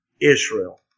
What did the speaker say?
Israel